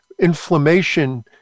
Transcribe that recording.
inflammation